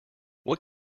what